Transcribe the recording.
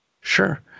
Sure